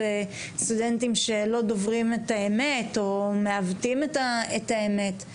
סטודנטים שלא דוברים את האמת או מעוותים את האמת.